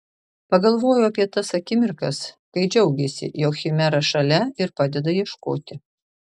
pagalvojo apie tas akimirkas kai džiaugėsi jog chimera šalia ir padeda ieškoti